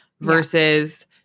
versus